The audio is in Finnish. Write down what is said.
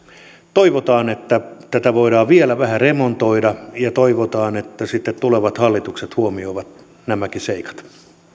toivotaan että tätä voidaan vielä vähän remontoida ja toivotaan että sitten tulevat hallitukset huomioivat nämäkin seikat